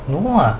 you don't know ah